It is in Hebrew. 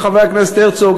חבר הכנסת הרצוג,